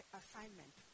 assignment